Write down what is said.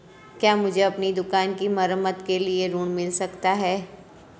क्या मुझे अपनी दुकान की मरम्मत के लिए ऋण मिल सकता है?